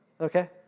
okay